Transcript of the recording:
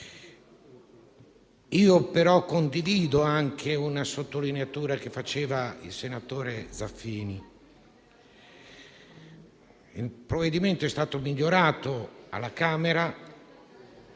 Condivido altresì una sottolineatura che faceva il senatore Zaffini. Il provvedimento è stato migliorato alla Camera,